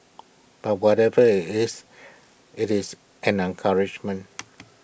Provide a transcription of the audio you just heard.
but whatever IT is IT is an encouragement